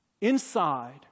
inside